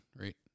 right